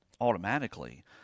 automatically